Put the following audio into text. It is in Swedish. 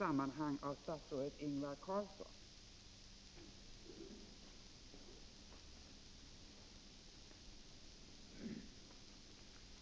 Kommer regeringen att även ta upp till diskussion vikten av att de mänskliga rättigheterna respekteras?